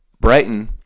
Brighton